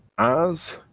as